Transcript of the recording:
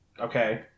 Okay